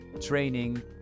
training